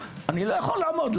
אני לא יכול לעמוד,